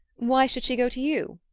why should she go to you?